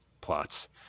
plots